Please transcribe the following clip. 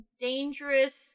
dangerous